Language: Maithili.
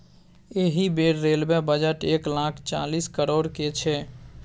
एहि बेर रेलबे बजट एक लाख चालीस करोड़क छै